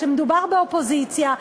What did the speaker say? כשמדובר באופוזיציה,